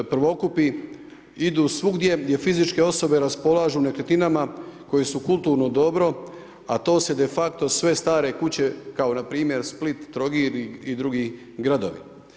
Prvokupi idu svugdje gdje fizičke osobe raspolažu nekretninama koje su kulturno dobro, a to su de facto sve stare kuće kao npr. Split, Trogir i drugi gradovi.